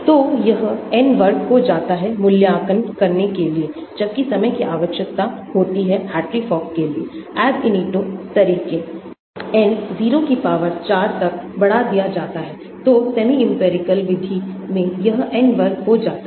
तो यह N वर्ग हो जाता है मूल्यांकन करने के लिए जबकि समय की आवश्यकता होती है हार्ट्री फॉक के लिए Ab initio तरीके N 0 कि पावर 4 तक बढ़ा दिया जाता है तो सेमी इंपिरिकल विधि में यह N वर्ग हो जाता है